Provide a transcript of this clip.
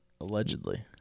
Allegedly